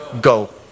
go